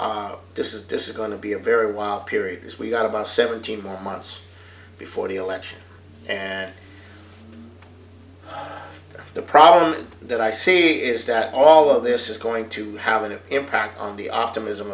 distant this is going to be a very wild period as we've got about seventeen more months before the election and the problem that i see is that all of this is going to have an impact on the optimism